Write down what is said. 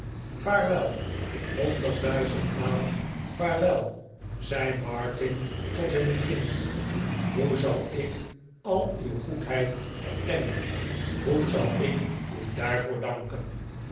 vaarwel honderdduizendmaal vaarwel zei martin tot hun vriend hoe zal ik al uw goedheid erkennen hoe zal ik u daarvoor danken